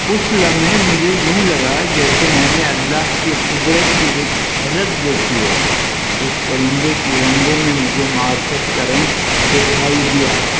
اس لمحے مجھے یوں لگا جیسے میں نے اللہ کی قدرت کی ایک جھلک دیکھی ہو اس پرندے کی رنگوں میں مجھے معارفت کا رنگ دکھائی دیا